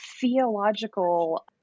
theological